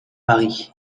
paris